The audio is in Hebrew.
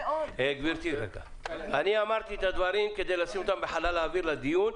-- אמרתי את הדברים כדי לשים אותם בחלל האוויר לדיון,